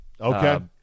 Okay